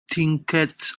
trinkets